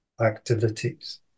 activities